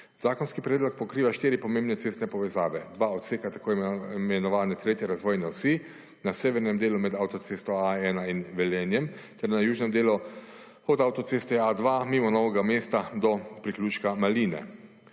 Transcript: Zakonski predlog pokriva širi pomembne cestne povezave, dva odseka tako imenovane trtje razvojne osi na severnem delu med avtocesto A1 in Velenjem ter na južnem delu od avtoceste A2 mimo Novega mesta do priključka Maline.